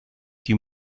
die